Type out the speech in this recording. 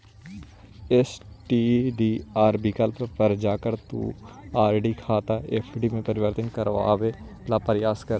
STDR विकल्प पर जाकर तुम आर.डी खाता एफ.डी में परिवर्तित करवावे ला प्रायस करा